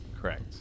Correct